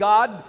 God